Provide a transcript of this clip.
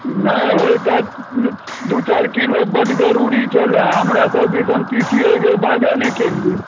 नहि होइतए दू चारि किलो बड्ड जरूरी छलए हमरासभ दिसन हम तीसी एहि बेर बागे नहि केलियै